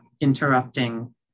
interrupting